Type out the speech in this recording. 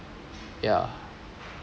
yeah